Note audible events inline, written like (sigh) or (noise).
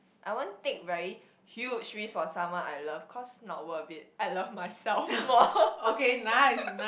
I won't take very huge risk for someone I love cause not worth it I love myself more (laughs)